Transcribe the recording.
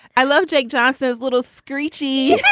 i love jake johnson's little screechy,